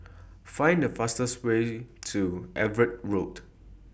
Find The fastest Way to Everitt Road